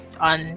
on